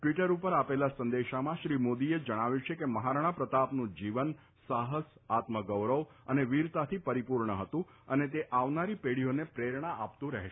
Twitter ઉપર આપેલા સંદેશામાં શ્રી મોદીએ જણાવ્યું છે કે મહારાણા પ્રતાપનું જીવન સાહસ આત્મગૌરવ તથા વીરતાથી પરિપૂર્ણ હતુ અને તે આવનારી પેઢીઓને પ્રેરણા આપતું રહેશે